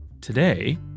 Today